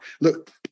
look